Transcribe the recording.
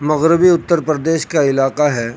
مغربی اتر پردیش کا علاقہ ہے